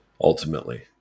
ultimately